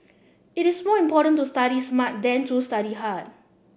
it is more important to study smart than to study hard